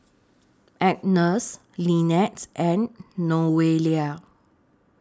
Agnes Linettes and Noelia